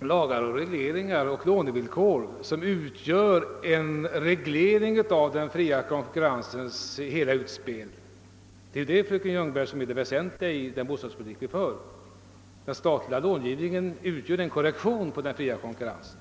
lagar, regleringar och lånevillkor, som skall verka kontrollerande på den fria konkurrensens hela utspel. Det är det, fröken Ljungberg, som är det väsentliga i den bostadspolitik vi för. Den statliga långivningen utgör ett kor rektiv på den fria konkurrensen.